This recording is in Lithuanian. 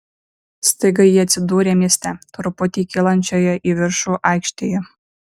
staiga jie atsidūrė mieste truputį kylančioje į viršų aikštėje